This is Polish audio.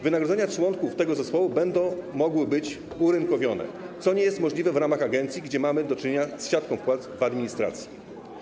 Wynagrodzenia członków tego zespołu będą mogły być urynkowione, co nie jest możliwe w ramach agencji, gdzie mamy do czynienia z siatką płac w administracji.